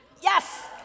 Yes